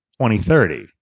2030